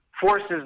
forces